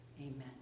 amen